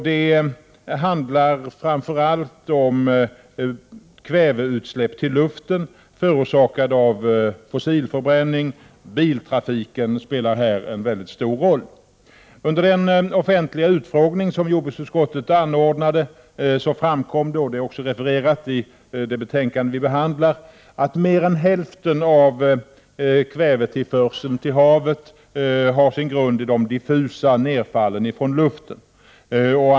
Det handlar framför allt om kväveutsläpp i luften, förorsakade av fossilförbränning. Biltrafiken spelar här en mycket stor roll. Under den offentliga utfrågning som jordbruksutskottet anordnade framkom — det finns också refererat i det betänkande vi behandlar — att mer än hälften av kvävetillförseln till havet har sitt ursprung i det diffusa nedfallet från luften.